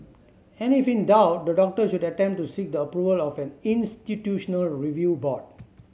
and if in doubt the doctor should attempt to seek the approval of an institutional review board